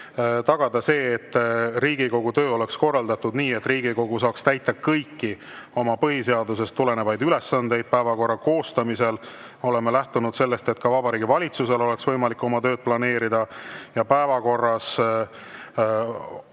tagada see, et Riigikogu töö oleks korraldatud nii, et Riigikogu saaks täita kõiki oma põhiseadusest tulenevaid ülesandeid. Päevakorra koostamisel oleme lähtunud sellest, et ka Vabariigi Valitsusel oleks võimalik oma tööd planeerida. Päevakorras